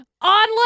on